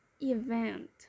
event